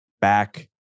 back